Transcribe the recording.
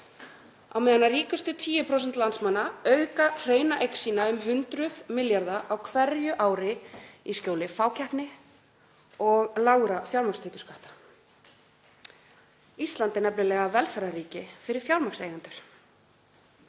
á meðan ríkustu 10% landsmanna auka hreina eign sína um hundruð milljarða á hverju ári í skjóli fákeppni og lágra fjármagnstekjuskatta. Ísland er nefnilega velferðarríki fyrir fjármagnseigendur.